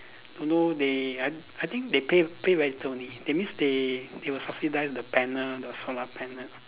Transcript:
don't know they I I think they pay pay rental only that means they they will subsidise the panel the solar panel